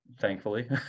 thankfully